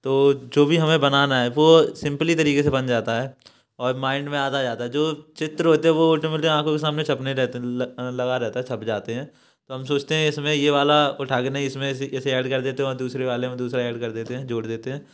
तो जो भी हमें बनाना है वो सिंपली तरीके से बन जाता है और माइंड में आता जाता है जो चित्र होते हैं वो ऑटोमेटिकली आँखों के समय छपने रहते हैं लग लगा रहता है छप जाते हैं तो हम सोचते हैं इसमें ये वाला उठाके ना इसमें इसे ऐड कर देते हैं और दूसरे वाले में दूसरा ऐड कर देते हैं जोड़ देते हैं